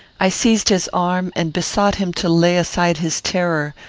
i seized his arm and besought him to lay aside his terror,